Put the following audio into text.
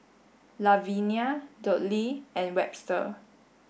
Lavinia Dudley and Webster